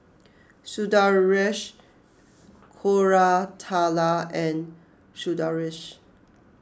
Sundaresh Koratala and Sundaresh